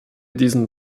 diesen